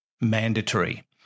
mandatory